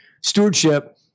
stewardship